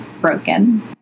broken